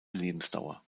lebensdauer